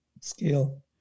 scale